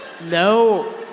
No